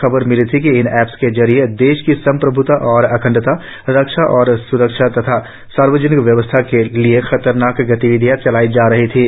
खबर मिली थी कि इन ऐप के जरिए देश की सम्प्रभ्ता और अखंडता रक्षा और स्रक्षा तथा सार्वजनिक व्यवस्था के लिए खतरनाक गतिविधियां चलाई जा रही थीं